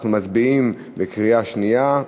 אנחנו מצביעים בקריאה שנייה.